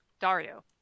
Dario